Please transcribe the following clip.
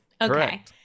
okay